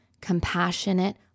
compassionate